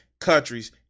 countries